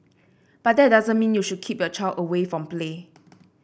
but that doesn't mean you should keep your child away from play